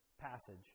passage